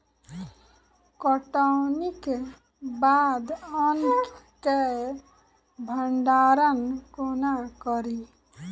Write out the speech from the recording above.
कटौनीक बाद अन्न केँ भंडारण कोना करी?